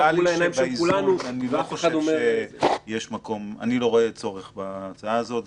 שבאיזון, אני לא רואה צורך בהצעה הזאת.